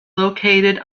located